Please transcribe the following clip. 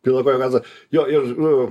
pilna koja gazo jo ir nu